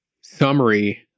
summary